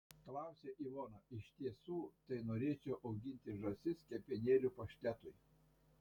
klausia ivona iš tiesų tai norėčiau auginti žąsis kepenėlių paštetui